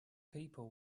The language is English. people